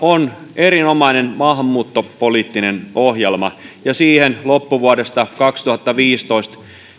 on erinomainen maahanmuuttopoliittinen ohjelma ja siihen loppuvuodesta kaksituhattaviisitoista